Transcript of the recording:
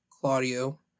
Claudio